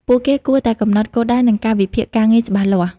ពួកគេគួរតែកំណត់គោលដៅ និងកាលវិភាគការងារច្បាស់លាស់។